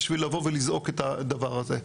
בשביל לבוא ולזעוק את הדבר הזה,